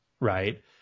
right